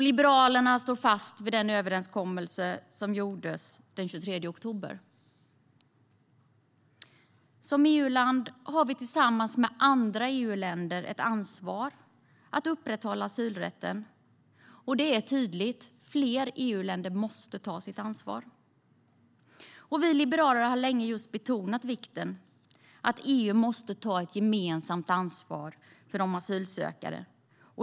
Liberalerna står fast vid den överenskommelse som gjordes den 23 oktober. Som EU-land har vi, tillsammans med andra EU-länder, ansvar för att upprätthålla asylrätten. Det är tydligt att fler EU-länder måste ta sitt ansvar. Vi liberaler har länge betonat vikten av att EU måste ta ett gemensamt ansvar för de asylsökande.